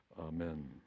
Amen